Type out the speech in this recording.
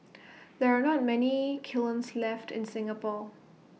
there are not many kilns left in Singapore